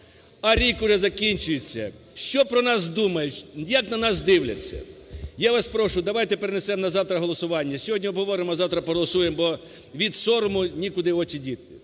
а рік вже закінчується, що про нас думають, як на нас дивляться? Я вас прошу, давайте перенесемо на завтра голосування, сьогодні обговоримо, а завтра проголосуємо, бо від сорому нікуди очі діти.